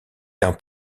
d’un